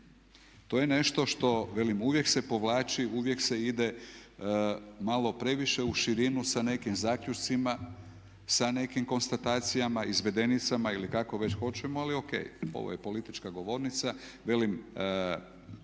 To je nešto što, velim uvijek se povlači, uvijek se ide malo previše u širinu sa nekim zaključcima, sa nekim konstatacijama, izvedenicama ili kako već hoćemo ali O.K., ovo je politička govornica. Velim,